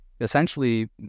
essentially